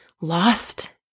lost